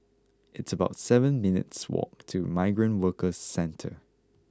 it's about seven minutes walk to Migrant Workers Centre